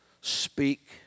Speak